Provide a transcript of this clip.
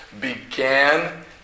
began